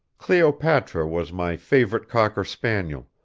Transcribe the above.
cleopatra was my favorite cocker spaniel,